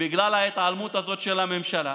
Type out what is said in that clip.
בגלל ההתעלמות הזאת של הממשלה.